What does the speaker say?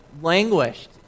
languished